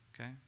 Okay